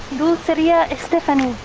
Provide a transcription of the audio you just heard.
dulceria ah estefanie.